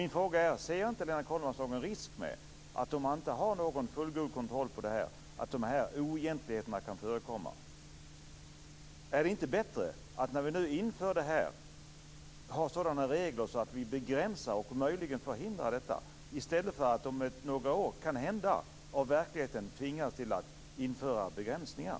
Min fråga är: Ser inte Lennart Kollmats någon risk med att oegentligheter kan förekomma om man inte har en fullgod kontroll? Är det inte bättre att vi i samband med detta inför sådana regler att man begränsar och möjligen förhindrar oegentligheter i stället för att man om några år tvingas av verkligheten att införa begränsningar?